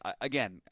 again